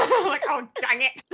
like oh, dang it!